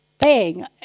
bang